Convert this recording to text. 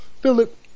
Philip